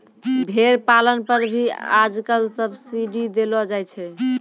भेड़ पालन पर भी आजकल सब्सीडी देलो जाय छै